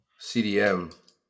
CDM